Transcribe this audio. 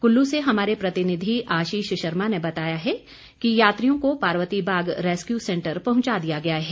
कुल्लू से हमारे प्रतिनिधि आशीष शर्मा ने बताया है कि यात्रियों को पार्वतीबाग रेस्कयू सेंटर पहुंचा दिया गया है